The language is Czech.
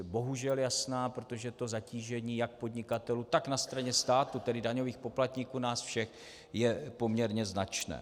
Bohužel jasná, protože zatížení jak podnikatelů, tak na straně státu, tedy daňových poplatníků, nás všech, je poměrně značné.